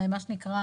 כמו שזה נקרא,